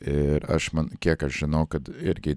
ir aš man kiek aš žinau kad irgi